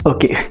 Okay